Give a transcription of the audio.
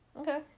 Okay